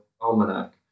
almanac